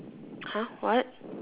!huh! what